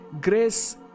Grace